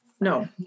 No